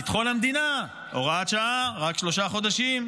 ביטחון המדינה, הוראת שעה, רק שלושה חודשים.